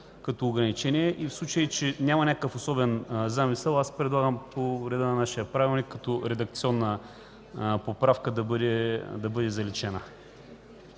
като ограничение? И в случай че няма някакъв особен замисъл, аз предлагам по реда на нашия Правилник като редакционна поправка да бъде заличена.